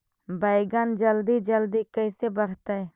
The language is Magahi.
बैगन जल्दी जल्दी कैसे बढ़तै?